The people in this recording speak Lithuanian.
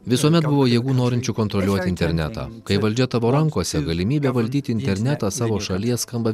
visuomet buvo jėgų norinčių kontroliuoti internetą kai valdžia tavo rankose galimybė valdyti internetą savo šalies skamba